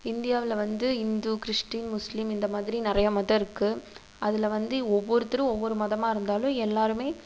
இந்தியாவில் வந்து Hindu Christian Muslim இந்த மாதிரி நிறையா மதம் இருக்குது அதில் வந்து ஒவ்வொருத்தரும் ஒவ்வொரு மதமாக இருந்தாலும் எல்லோருமே